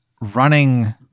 running